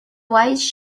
wise